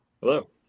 Hello